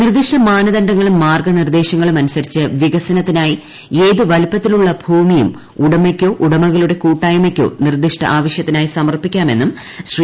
നിർദ്ദിഷ്ട മാനദണ്ഡങ്ങളും മാർഗ്ഗനിർദ്ദേശങ്ങളും അനുസരിച്ച് വികസനത്തിനായി ഏത് വലിപ്പത്തിലുമുള്ള ഭൂമിയും ഉടമയ്ക്കോ ഉടമകളുടെ കൂട്ടായ്മയ്ക്കോ നിർദ്ദിഷ്ട ആവശൃത്തിനായി സമർപ്പിക്കാമെന്നും ശ്രീ